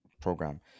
program